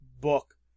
book